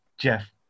Jeff